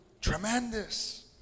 Tremendous